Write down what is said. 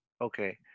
Okay